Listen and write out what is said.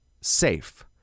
SAFE